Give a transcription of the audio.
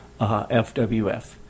FWF